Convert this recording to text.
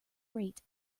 grate